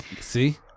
see